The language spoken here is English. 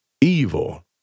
evil